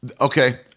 Okay